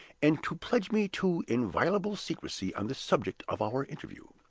and to pledge me to inviolable secrecy on the subject of our interview.